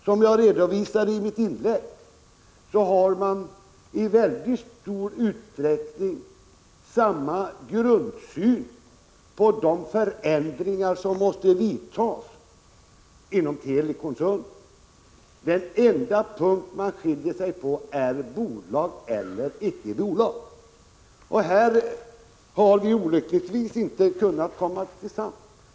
Som jag redovisade i mitt inlägg nyss har man i väldigt stor utsträckning samma grundsyn som vi på de förändringar som måste vidtas inom telekoncernen. Den enda punkt man skiljer sig på är frågan bolag eller icke bolag. Här har vi olyckligtvis inte kunnat komma överens.